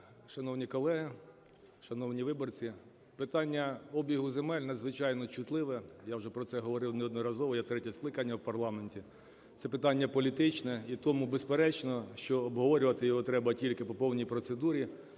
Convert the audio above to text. Шановні колеги, шановні виборці, питання обігу земель надзвичайно чутливе, я вже про це говорив неодноразово, я третє скликання в парламенті. Це питання політичне. І тому, безперечно, що обговорювати його треба тільки по повній процедурі.